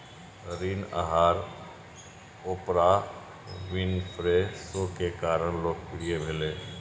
ऋण आहार Oprah Winfrey show के कारण लोकप्रिय भेलै